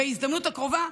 בהזדמנות הקרובה,